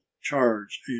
charge